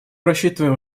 рассчитываем